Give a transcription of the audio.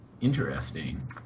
Interesting